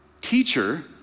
teacher